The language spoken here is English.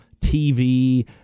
TV